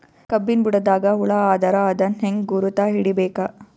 ಕಬ್ಬಿನ್ ಬುಡದಾಗ ಹುಳ ಆದರ ಅದನ್ ಹೆಂಗ್ ಗುರುತ ಹಿಡಿಬೇಕ?